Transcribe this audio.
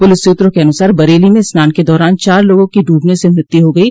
police सूत्रों के अनुसार बरेली में स्नान के दौरान चार लोगों की डूबने से मृत्यु हो गयी